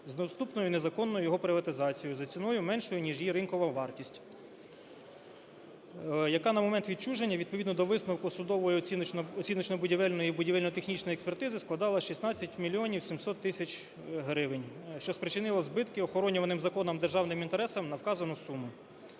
з наступною незаконною його приватизацією за ціною меншою, ніж є ринкова вартість, яка на момент відчуження відповідно до висновку судової оціночно-будівельної і будівельно-технічної експертизи складала 16 мільйонів 700 тисяч гривень, що спричинило збитки, охоронюваним законом державним інтересам, на вказану суму,